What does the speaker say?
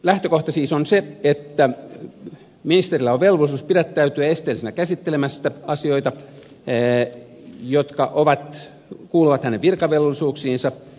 lähtökohta siis on se että ministerillä on velvollisuus pidättäytyä esteellisenä käsittelemästä asioita jotka kuuluvat hänen virkavelvollisuuksiinsa